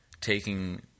taking